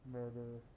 Murder